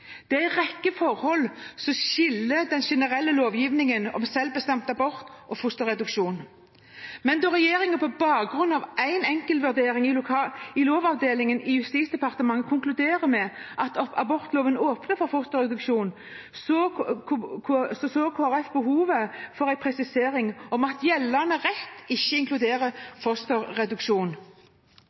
rekke forhold som skiller den generelle lovgivningen om selvbestemt abort og fosterreduksjon. Men da regjeringen på bakgrunn av en enkeltvurdering i Lovavdelingen i Justisdepartementet konkluderte med at abortloven åpner for fosterreduksjon, så Kristelig Folkeparti behovet for en presisering av at gjeldende rett ikke inkluderer fosterreduksjon.